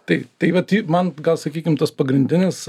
tai tai va tai man gal sakykim tas pagrindinis